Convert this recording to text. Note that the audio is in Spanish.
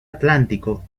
atlántico